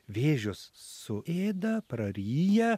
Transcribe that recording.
vėžius suėda praryja